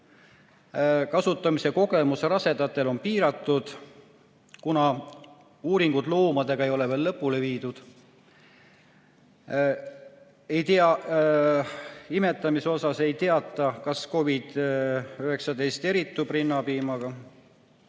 kasutamise kogemus rasedatel on piiratud, kuna uuringud loomadega ei ole veel lõpule viidud. Imetamise kohta ei teata, kas COVID-19 eritub rinnapiimaga.